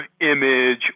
image